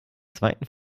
zweiten